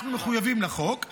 אנחנו מחויבים לחוק,